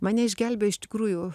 mane išgelbėjo iš tikrųjų